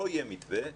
לא יהיה מתווה,